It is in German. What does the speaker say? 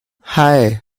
hei